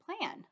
plan